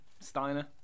Steiner